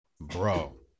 Bro